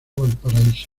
valparaíso